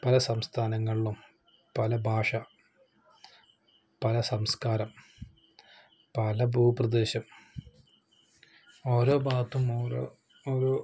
പല സംസ്ഥാനങ്ങളിലും പലഭാഷ പല സംസ്കാരം പല ഭൂപ്രദേശം ഓരോ ഭാഗത്തു നിന്നും ഓരോ